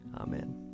Amen